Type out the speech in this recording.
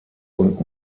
und